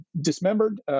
dismembered